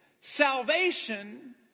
salvation